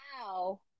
Wow